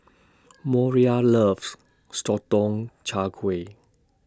Moriah loves Sotong Char Kway